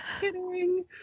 Kidding